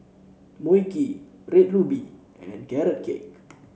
Mui Kee Red Ruby and Carrot Cake